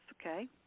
okay